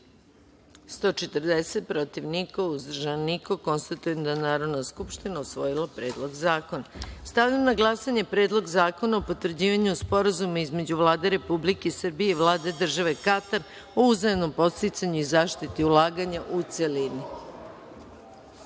140, protiv – niko, uzdržanih – nema. Konstatujem da je Narodna skupština usvojila Predlog zakona. Stavljam na glasanje Predlog zakona o potvrđivanju Sporazuma između Vlade Republike Srbije i Vlade Države Katar o uzajamnom podsticanju i zaštiti ulaganja, u